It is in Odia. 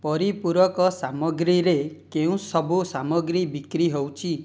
ପରିପୂରକ ସାମଗ୍ରୀରେ କେଉଁସବୁ ସାମଗ୍ରୀ ବିକ୍ରି ହେଉଛି